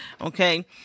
Okay